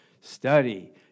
Study